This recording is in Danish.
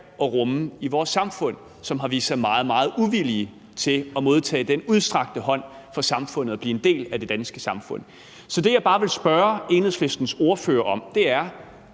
at rumme i vores samfund, og som har vist sig meget, meget uvillige til at modtage den udstrakte hånd fra samfundet og blive en del af det danske samfund. Så det, jeg bare vil spørge Enhedslistens ordfører om, er,